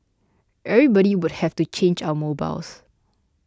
everybody would have to change our mobiles